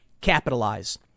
capitalize